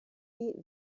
beat